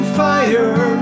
fire